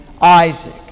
Isaac